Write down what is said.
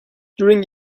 during